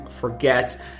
forget